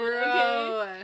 okay